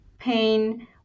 pain